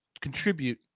contribute